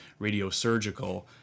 radiosurgical